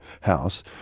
house